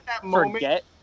forget